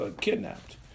kidnapped